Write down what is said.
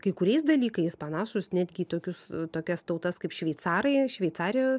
kai kuriais dalykais panašūs netgi į tokius tokias tautas kaip šveicarai šveicarijos